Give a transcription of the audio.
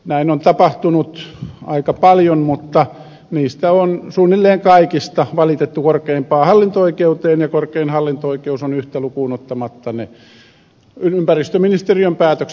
näin on tapahtunut aika paljon mutta suunnilleen kaikista niistä on valitettu korkeimpaan hallinto oikeuteen ja korkein hallinto oikeus on yhtä lukuun ottamatta ne ympäristöministeriön päätökset vahvistanut